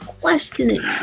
questioning